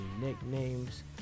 nicknames